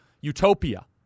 Utopia